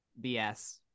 bs